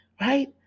right